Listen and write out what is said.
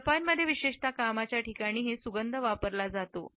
जपानमध्ये विशेषतः कामाच्या ठिकाणीही सुगंध वापरला जातो